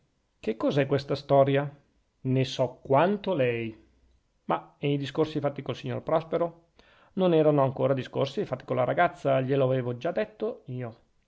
che cos'è questa storia ne so quanto lei ma e i discorsi fatti col signor prospero non erano ancora discorsi fatti con la ragazza glielo avevo già detto io